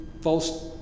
false